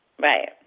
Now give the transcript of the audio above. Right